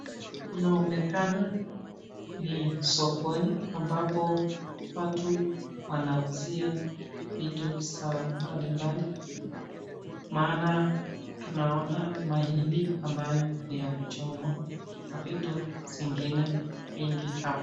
Kunaonekana ni sokoni ambapo watu wnauzia vitu zao mbalimbali maana tunaona mahindi ambayo ni ya kuchomwa na vitu zingine vingi hapa.